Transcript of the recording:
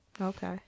Okay